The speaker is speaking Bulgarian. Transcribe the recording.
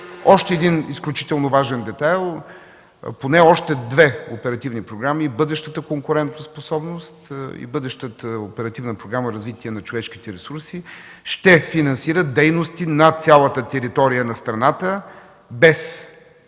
Още един изключително важен детайл – поне още две оперативни програми: бъдещата „Конкурентоспособност” и бъдещата оперативна програма „Развитие на човешките ресурси” ще финансират дейности на цялата територия на страната, без